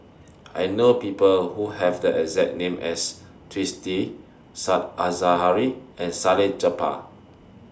I know People Who Have The exact name as Twisstii Said Zahari and Salleh Japar